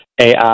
AI